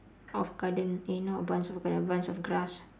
of garden eh not a bunch of a garden a bunch of grass